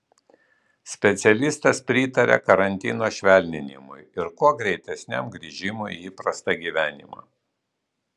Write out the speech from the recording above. specialistas pritaria karantino švelninimui ir kuo greitesniam grįžimui į įprastą gyvenimą